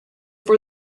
for